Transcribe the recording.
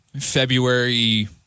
February